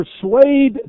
persuade